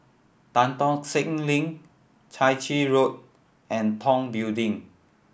Tan Tock Seng Link Chai Chee Road and Tong Building